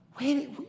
wait